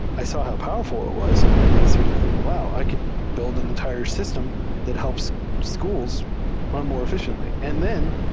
i saw how powerful it was and i started thinking, wow! i could build an entire system that helps schools run more efficiently. and then